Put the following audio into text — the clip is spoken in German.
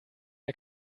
der